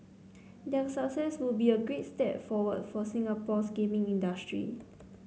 their success would be a great step forward for Singapore's gaming industry